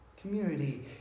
Community